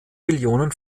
millionen